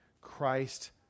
Christ